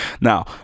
now